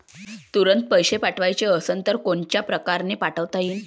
तुरंत पैसे पाठवाचे असन तर कोनच्या परकारे पाठोता येईन?